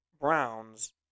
Browns